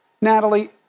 Natalie